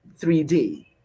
3D